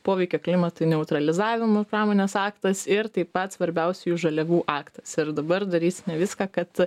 poveikio klimatui neutralizavimo pramonės aktas ir taip pat svarbiausiųjų žaliavų aktas ir dabar darysime viską kad